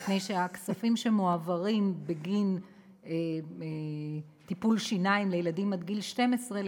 מפני שהכספים שמועברים בגין טפול שיניים לילדים עד גיל 12,